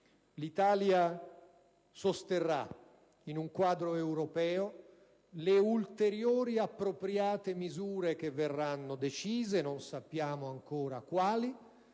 L'Italia sosterrà in un quadro europeo le ulteriori appropriate misure che verranno decise - non sappiamo ancora quali,